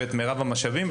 ואת מירב המשאבים.